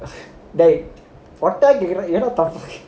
dey